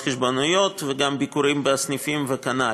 חשבוניות וגם ביקורים בסניפים וכו'.